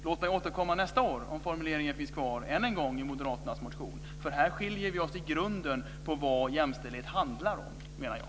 Låt mig återkomma nästa år om formuleringen finns kvar än en gång i Moderaternas motion. Här skiljer vi oss i grunden när det gäller vad jämställdhet handlar om, menar jag.